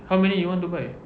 how many you want to buy